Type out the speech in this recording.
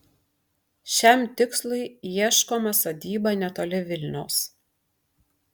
šiam tikslui ieškoma sodyba netoli vilniaus